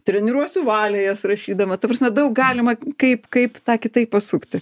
treniruosiu valią jas rašydama ta prasme daug galima kaip kaip tą kitaip pasukti